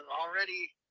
already